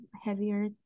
heavier